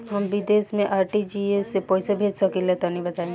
हम विदेस मे आर.टी.जी.एस से पईसा भेज सकिला तनि बताई?